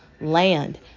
land